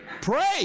Pray